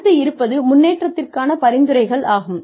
அடுத்து இருப்பது முன்னேற்றத்திற்கான பரிந்துரைகள் ஆகும்